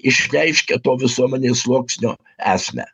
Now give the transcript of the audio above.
išreiškia to visuomenės sluoksnio esmę